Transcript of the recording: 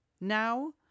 now